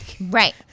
Right